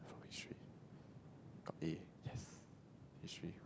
history from history got A yes